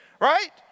right